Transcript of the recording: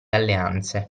alleanze